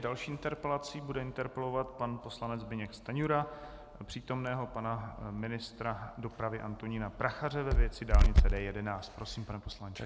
Další interpelací bude interpelovat pan poslanec Zbyněk Stanjura přítomného pana ministra dopravy Antonína Prachaře ve věci dálnice D11. Prosím, pane poslanče.